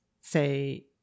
say